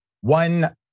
one